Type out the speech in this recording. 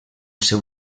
seu